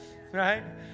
Right